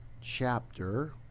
chapter